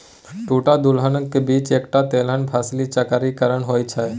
दूटा दलहनक बीच एकटा तेलहन फसली चक्रीकरण होए छै